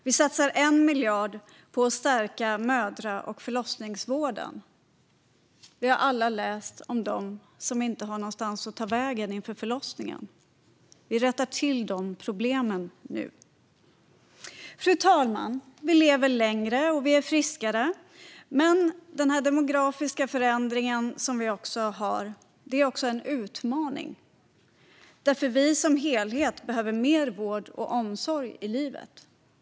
Vi satsar 1 miljard på att stärka mödra och förlossningsvården. Vi har alla läst om dem som inte har någonstans att ta vägen inför förlossningen, och nu rättar vi till dessa problem. Fru talman! Vi lever längre och är friskare. Men denna demografiska förändring är också en utmaning. Som helhet behöver vi nämligen mer vård och omsorg i livet.